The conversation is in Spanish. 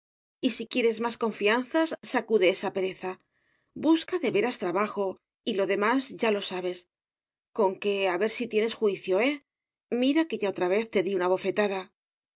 y si quieres más confianzas sacude esa pereza busca de veras trabajo y lo demás ya lo sabes conque a ver si tienes juicio eh mira que ya otra vez te di una bofetada